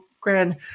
grand